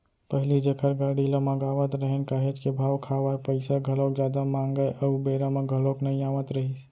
पहिली जेखर गाड़ी ल मगावत रहेन काहेच के भाव खावय, पइसा घलोक जादा मांगय अउ बेरा म घलोक नइ आवत रहिस